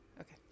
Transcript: Okay